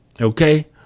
Okay